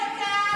גם עכשיו,